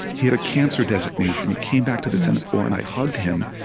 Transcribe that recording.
he had a cancer designation. he came back to the senate floor, and i hugged him.